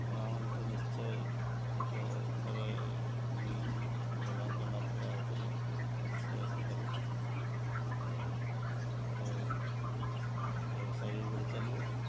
କଲାମାନେ ତ ନିଶ୍ଚୟ ଲୋକ ଥରେ ନେଇକି ବ୍ୟବହାର କଲା ପରେ ଆଉ ଥରେ ନିଶ୍ଚୟ ଆସିକି ତାକୁ ନେବେ ଏପଟେ ବ୍ୟବସାୟ ବି ବଢ଼ି ଚାଲିବ